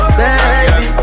baby